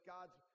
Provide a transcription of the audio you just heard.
God's